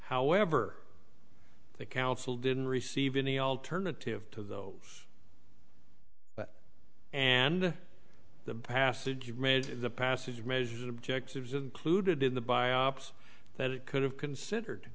however the council didn't receive any alternative to those and the passage read the passage measures objectives included in the biopsy that it could have considered